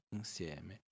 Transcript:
insieme